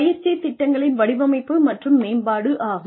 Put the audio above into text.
பயிற்சி திட்டங்களின் வடிவமைப்பு மற்றும் மேம்பாடு ஆகும்